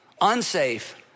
unsafe